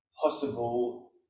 possible